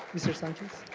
mr. sanchez.